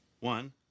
One